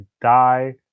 die